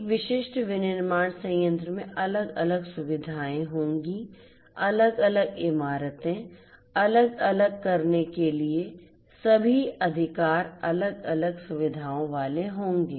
एक विशिष्ट विनिर्माण संयंत्र में अलग अलग सुविधाएं होंगी अलग अलग इमारतें अलग अलग करने के लिए सभी अधिकार अलग अलग सुविधाओं वाले होंगे